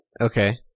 Okay